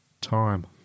Time